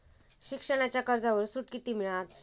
शिक्षणाच्या कर्जावर सूट किती मिळात?